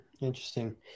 Interesting